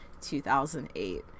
2008